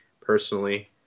personally